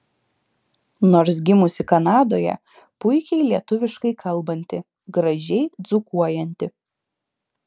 nors gimusi kanadoje puikiai lietuviškai kalbanti gražiai dzūkuojanti